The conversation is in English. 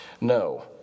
No